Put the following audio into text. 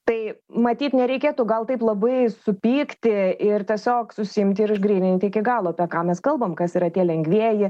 tai matyt nereikėtų gal taip labai supykti ir tiesiog susiimti ir išgryninti iki galo apie ką mes kalbam kas yra tie lengvieji